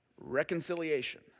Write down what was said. Reconciliation